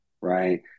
Right